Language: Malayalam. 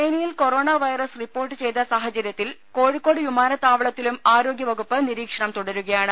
ചൈനയിൽ കൊറോണ വൈറസ് റിപ്പോർട് ചെയ്ത സാഹചര്യത്തിൽ കോഴിക്കോട് വിമാനത്താവളത്തിലും ആരോഗ്യവകുപ്പ് നിരീക്ഷണം തുടരുകയാണ്